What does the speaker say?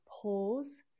pause